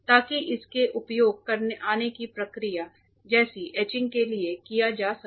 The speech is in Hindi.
ताकि इसका उपयोग आगे की प्रक्रियाओं जैसे एचिंग के लिए किया जा सके